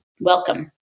Welcome